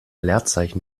leerzeichen